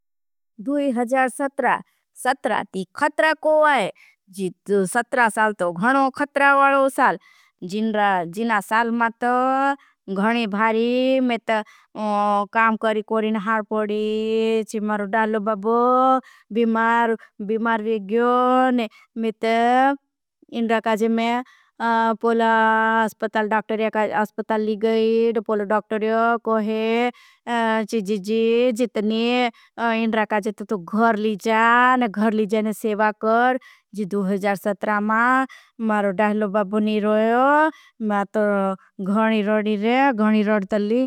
सट्रा साल तो घणो खत्रा वालो साल जिना साल मा। तो घणे भारी मेंत काम करी कोरीन हार पोड़ी चिमरो डालो बबो। बिमार विग्गियों ने मेंत इनरा काजे में पोला अस्पताल। डाक्टोर्या का अस्पताल ली गईद पोला डाक्टोर्या कोहे। चिजज जितने इनरा काजे तो तो घर ली जा ने घर ली जा ने सेवा कर। जि मा मारो डालो बबो नी रोयो मा तो घणी रोड नी रे घणी रोड तली।